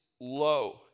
low